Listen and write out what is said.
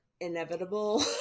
inevitable